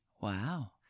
Wow